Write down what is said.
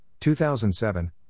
2007